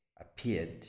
appeared